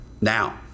now